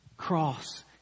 Cross